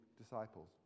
disciples